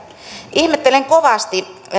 ihmettelen kovasti